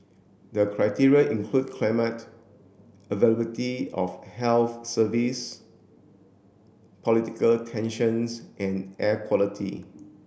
the criteria include climate availability of health service political tensions and air quality